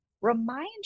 remind